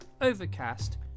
Overcast